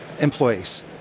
employees